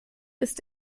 ist